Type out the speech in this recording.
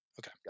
okay